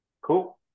Cool